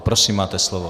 Prosím, máte slovo.